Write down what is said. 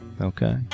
okay